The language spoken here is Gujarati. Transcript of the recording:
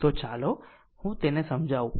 તો ચાલો હું તેને સમજાવું